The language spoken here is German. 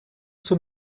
zum